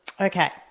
Okay